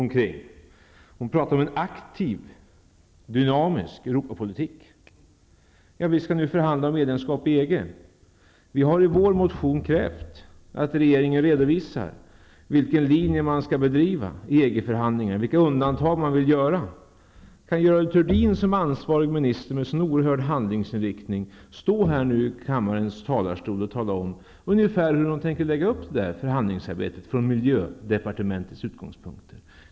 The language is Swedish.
Görel Thurdin pratar om en aktiv, dynamisk Europapolitik. Ja, vi skall förhandla om medlemskap i EG. Vi har i vår motion krävt att regeringen redovisar vilken linje man skall driva i EG-förhandlingarna, vilka undantag man vill göra. Kan Görel Thurdin, som ansvarig minister, med en sådan oerhörd handlingsinriktning, här i kammarens talarstol tala om ungefär hur hon tänker lägga upp förhandlingsarbetet från miljödepartementets utgångspunkter?